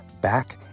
back